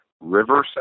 Riverside